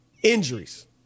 Injuries